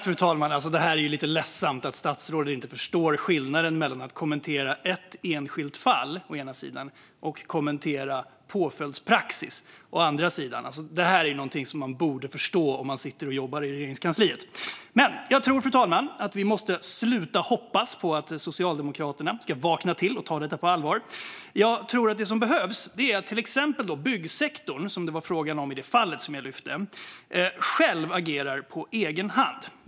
Fru talman! Det är ju lite ledsamt att statsrådet inte förstår skillnaden mellan att kommentera å ena sidan ett enskilt fall och å andra sidan påföljdspraxis. Det är någonting man borde förstå om man sitter och jobbar i Regeringskansliet. Jag tror dock att vi måste sluta hoppas på att Socialdemokraterna ska vakna till och ta detta på allvar, fru talman. Jag tror att det som behövs är att till exempel byggsektorn, som det var frågan om i det fall jag lyfte, själv agerar.